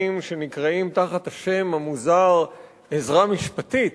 שנקראים תחת השם המוזר "עזרה משפטית",